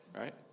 right